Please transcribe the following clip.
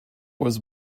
was